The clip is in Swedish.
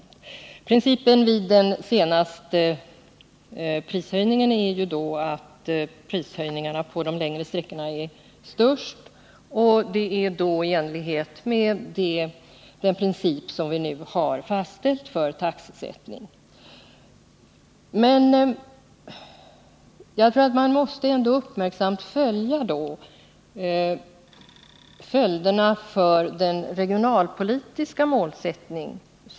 Principen vid den senaste prishöjningen var att höjningarna beträffande de längre sträckorna skulle vara störst, och detta överensstämmer med den princip som vi nu har fastställt för taxesättning. Jag tror emellertid att man uppmärksamt måste se på följderna med tanke på de regionalpolitiska målen.